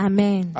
Amen